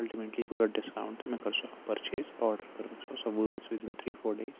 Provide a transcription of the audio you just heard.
ultimately گوٚو تَتھ discount تہٕ مےٚ کٔر سۄ پٔرچیز آرڈَر کٔر مےٚ سۄ سۄ وٲژ with in three four days